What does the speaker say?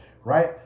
right